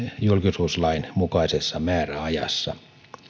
julkisuuslain mukaisessa määräajassa